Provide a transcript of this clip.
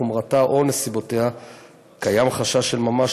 חומרתה או נסיבותיה קיים חשש של ממש